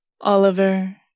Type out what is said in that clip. Oliver